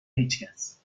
هیچکس